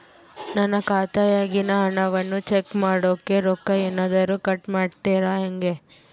ನನ್ನ ಖಾತೆಯಾಗಿನ ಹಣವನ್ನು ಚೆಕ್ ಮಾಡೋಕೆ ರೊಕ್ಕ ಏನಾದರೂ ಕಟ್ ಮಾಡುತ್ತೇರಾ ಹೆಂಗೆ?